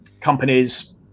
companies